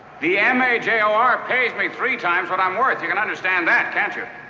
the m a j o r pays me three times what i'm worth. you can understand that, can't you?